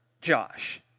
Josh